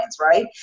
right